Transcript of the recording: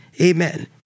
Amen